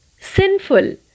sinful